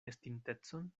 estintecon